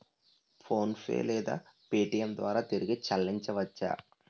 PhonePe లేదా Paytm ద్వారా తిరిగి చల్లించవచ్చ?